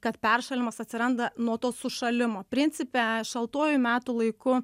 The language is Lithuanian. kad peršalimas atsiranda nuo to sušalimo principe šaltuoju metų laiku